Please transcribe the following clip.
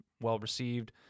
well-received